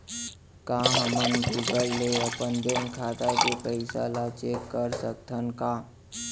का हमन गूगल ले अपन बैंक खाता के पइसा ला चेक कर सकथन का?